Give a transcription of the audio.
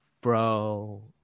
bro